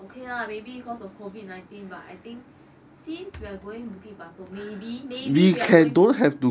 okay lah maybe cause of COVID nineteen but I think since we're going bukit batok maybe maybe we're going to